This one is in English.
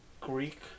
Greek